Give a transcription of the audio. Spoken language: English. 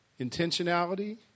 intentionality